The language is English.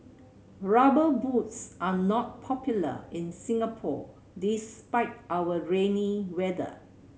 Rubber Boots are not popular in Singapore despite our rainy weather